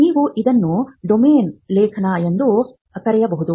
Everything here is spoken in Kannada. ನೀವು ಇದನ್ನು ಡೊಮೇನ್ ಲೇಖನ ಎಂದು ಕರೆಯಬಹುದು